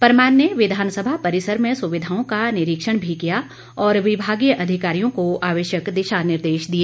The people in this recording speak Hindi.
परमार ने विधानसभा परिसर में सुविधाओं का निरीक्षण भी किया और विभागीय अधिकारियों को आवश्यक दिशा निर्देश दिए